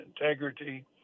integrity